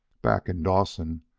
back in dawson,